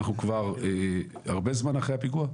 אנחנו כבר הרבה זמן אחרי הפיגוע,